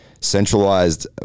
centralized